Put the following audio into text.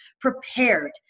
prepared